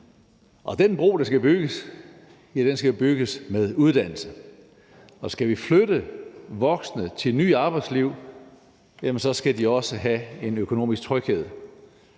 og den bro, der skal bygges, skal bygges med uddannelse, og skal vi flytte voksne til nye arbejdsliv, skal de også have en økonomisk tryghed.